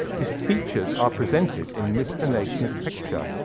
his features are presented in mr. nasmyth's picture.